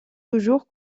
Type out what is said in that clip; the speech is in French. toujours